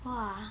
!wah!